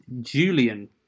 Julian